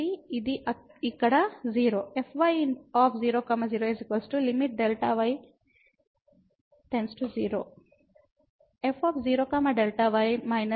fy0 0 Δy 0 f0 Δ y f 0 0Δy 0 మనకు ఈ రెండు లభించాయి